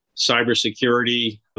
cybersecurity